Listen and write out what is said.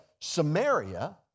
Samaria